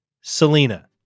Selena